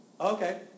Okay